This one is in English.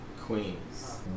queens